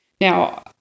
Now